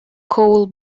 coal